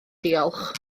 diolch